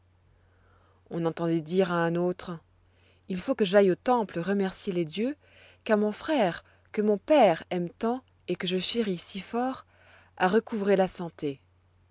on entendait dire à un autre il faut que j'aille au temple remercier les dieux car mon frère que mon père aime tant et que je chéris si fort a recouvré la santé